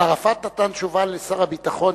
אבל ערפאת נתן תשובה לשר הביטחון,